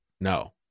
No